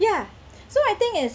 ya so I think is